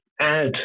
add